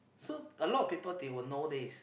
so a lot of people they will know this